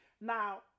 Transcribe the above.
Now